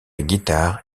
guitare